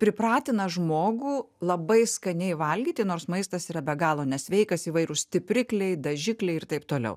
pripratina žmogų labai skaniai valgyti nors maistas yra be galo nesveikas įvairūs stiprikliai dažikliai ir taip toliau